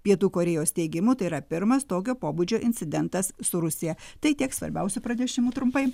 pietų korėjos teigimu tai yra pirmas tokio pobūdžio incidentas su rusija tai tiek svarbiausių pranešimų trumpai